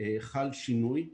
חל שינוי,